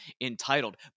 entitled